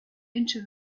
into